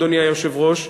אדוני היושב-ראש,